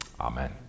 Amen